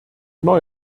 neu